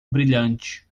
brilhante